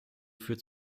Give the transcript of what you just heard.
führt